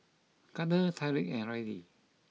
Gardner Tyriq and Rylee